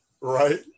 Right